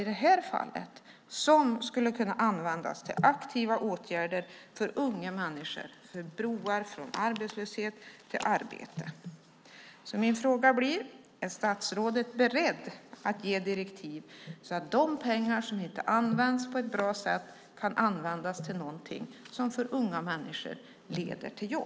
De skulle kunna användas till aktiva åtgärder för unga människor, för broar från arbetslöshet till arbete. Min fråga blir: Är statsrådet beredd att ge direktiv så att de pengar som inte används på ett bra sätt kan användas till någonting som leder till jobb för unga människor?